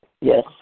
Yes